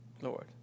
Lord